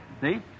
See